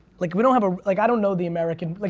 like we don't have a, like i don't know the american, like